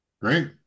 Great